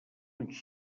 uns